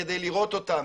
כדי לראות אותם,